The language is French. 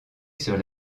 sur